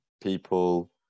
people